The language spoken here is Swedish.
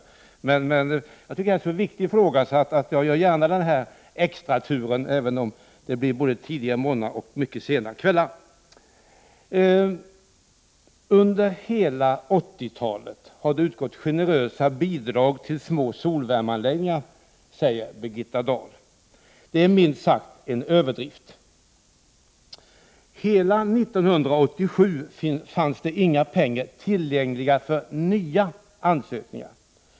Jag tycker emellertid att den interpellation som jag har ställt är så viktig att jag gärna gör denna extratur till Stockholm, även om den resulterar i en tidig morgon och en mycket sen kväll för mig. Under hela 1980-talet har det utgått generösa bidrag till små solvärmeanläggningar, säger Birgitta Dahl. Det är minst sagt en överdrift. Under hela 1987 fanns det inte några pengar tillgängliga för nya ansökningar.